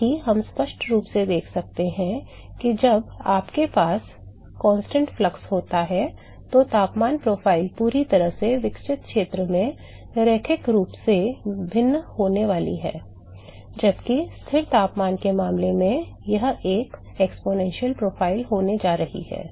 साथ ही हम स्पष्ट रूप से देख सकते हैं कि जब आपके पास स्थिर प्रवाह होता है तो तापमान प्रोफ़ाइल पूरी तरह से विकसित क्षेत्र में रैखिक रूप से भिन्न होने वाली है जबकि स्थिर तापमान के मामले में यह एक घातीय प्रोफ़ाइल होने जा रही है